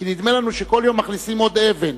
כי נדמה לנו שבכל יום מכניסים עוד אבן.